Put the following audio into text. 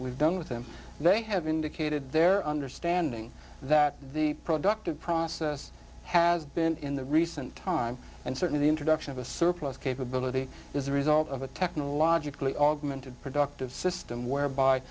we've done with them they have indicated their understanding that the productive process has been in the recent time and certainly the introduction of a surplus capability is the result of a technologically augmented productive system whereby